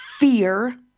fear